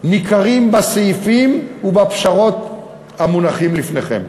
ניכרת בסעיפים ובפשרות המונחים לפניכם.